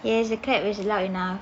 yes the clap was loud enough